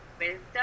wisdom